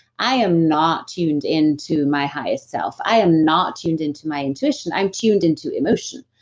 i am not tuned into my highest self. i am not tuned into my intuition. i'm tuned into emotion.